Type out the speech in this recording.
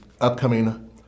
upcoming